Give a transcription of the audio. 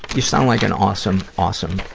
you sound like and awesome, awesome,